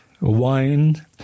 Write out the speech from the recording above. wine